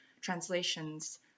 translations